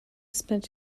spent